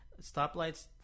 stoplights